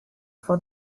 for